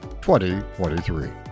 2023